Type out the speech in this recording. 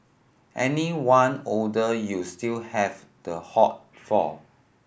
anyone older you still have the hot for